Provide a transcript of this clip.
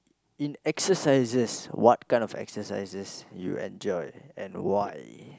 in exercises what kind of exercises you enjoy and why